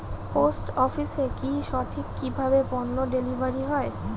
Post অফিসে কি সঠিক কিভাবে পন্য ডেলিভারি হয়?